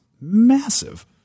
massive